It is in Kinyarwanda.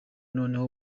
noneho